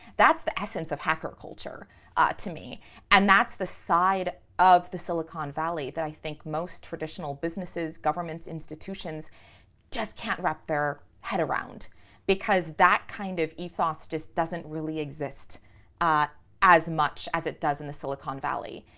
that's the essence of hacker culture ah to me and that's the side of the silicon valley that i think most traditional businesses, governments, institutions just can't wrap their head around because that kind of ethos just doesn't really exist as much as it does in the silicon valley.